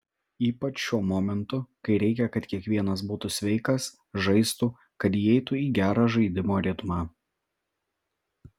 ypač šiuo momentu kai reikia kad kiekvienas būtų sveikas žaistų kad įeitų į gerą žaidimo ritmą